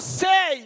say